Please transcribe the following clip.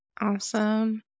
awesome